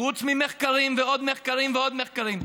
חוץ ממחקרים ועוד מחקרים ועוד מחקרים.